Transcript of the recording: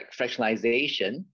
fractionalization